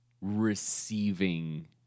receiving